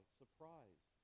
surprise